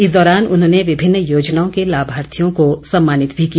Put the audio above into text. इस दौरान उन्होंने विभिन्न योजनाओं के लाभार्थियों को सम्मानित भी किया